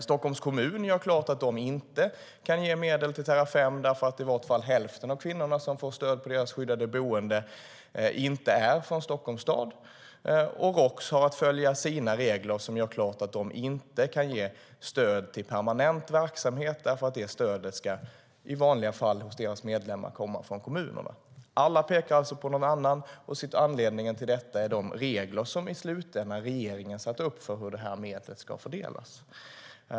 Stockholms kommun gör klart att de inte kan ge medel till Terrafem därför att i varje fall hälften av de kvinnor som får stöd till skyddat boende inte är från Stockholms stad. Roks har att följa sina regler, som gör klart att de inte kan ge stöd till permanent verksamhet, för stödet till deras medlemmar ska i vanliga fall komma från kommunerna. Alla pekar alltså på någon annan, och anledningen till detta är de regler som i slutändan regeringen har satt upp för hur detta medel ska fördelas.